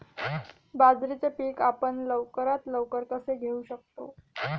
बाजरीचे पीक आपण लवकरात लवकर कसे घेऊ शकतो?